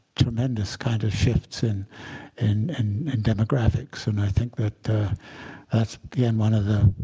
tremendous kind of shifts in and in demographics. and i think that that's, again, one of the